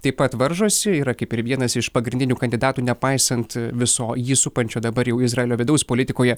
taip pat varžosi yra kaip ir vienas iš pagrindinių kandidatų nepaisant viso jį supančio dabar jau izraelio vidaus politikoje